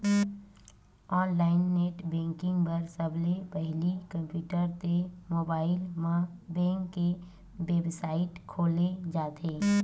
online net banking बर सबले पहिली कम्प्यूटर ते मोबाईल म बेंक के बेबसाइट खोले जाथे